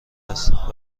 است